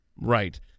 Right